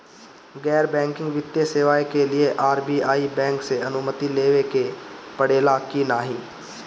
गैर बैंकिंग वित्तीय सेवाएं के लिए आर.बी.आई बैंक से अनुमती लेवे के पड़े ला की नाहीं?